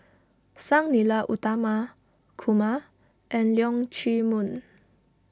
Sang Nila Utama Kumar and Leong Chee Mun